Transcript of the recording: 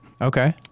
okay